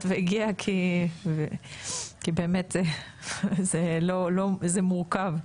כי זה מורכב,